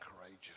courageous